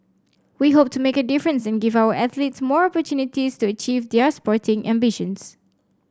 we hope to make a difference and give our athletes more opportunities to achieve their sporting ambitions